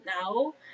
now